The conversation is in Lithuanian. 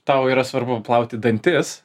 tau yra svarbu plauti dantis